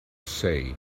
say